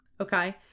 okay